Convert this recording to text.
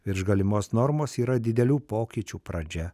virš galimos normos yra didelių pokyčių pradžia